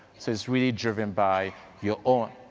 so it's really driven by your own